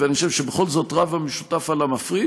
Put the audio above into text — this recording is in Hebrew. ואני חושב שבכל זאת רב המשותף על המפריד,